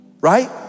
right